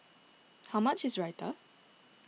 how much is Raita